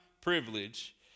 privilege